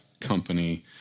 company